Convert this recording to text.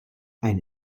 ein